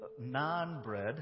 non-bread